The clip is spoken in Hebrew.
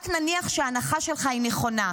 רק נניח, שההנחה שלך היא נכונה,